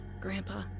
Grandpa